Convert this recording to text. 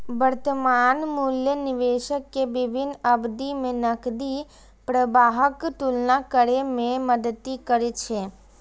वर्तमान मूल्य निवेशक कें विभिन्न अवधि मे नकदी प्रवाहक तुलना करै मे मदति करै छै